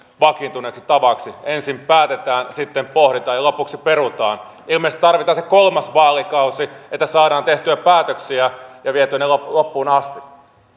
vakiintuneeksi tavaksi ensin päätetään sitten pohditaan ja lopuksi perutaan ilmeisesti tarvitaan se kolmas vaalikausi että saadaan tehtyä päätöksiä ja vietyä ne loppuun asti